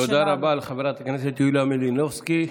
תודה רבה לחברת הכנסת יוליה מלינובסקי.